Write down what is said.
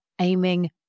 aiming